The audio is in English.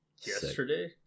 yesterday